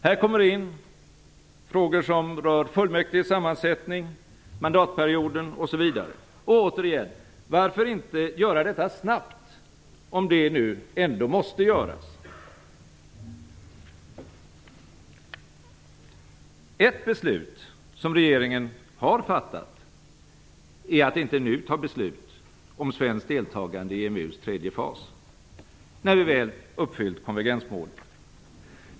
Här kommer även in frågor som rör fullmäktiges sammansättning, mandatperioden osv. Och återigen: Varför inte göra detta snabbt, om det nu ändå måste göras? Ett beslut som regeringen har fattat är att inte nu ta beslut om svenskt deltagande i EMU:s tredje fas, när vi väl uppfyllt konvergensmålen.